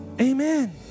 Amen